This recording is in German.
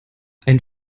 ein